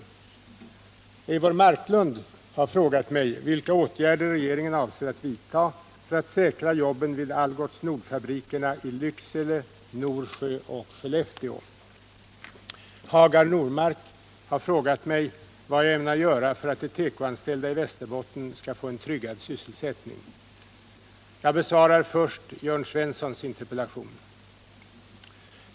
Hagar Normark har frågat mig vad jag ämnar göra för att de tekoanställda i Västerbotten skall få en tryggad sysselsättning. Jag besvarar först Jörn Svenssons interpellation.